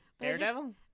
Daredevil